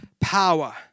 power